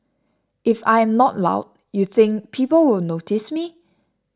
if I am not loud you think people will notice me